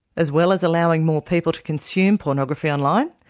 as well as allowing more people to consume pornography online,